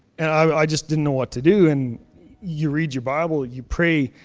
and i just didn't know what to do and you read your bible. you pray.